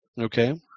Okay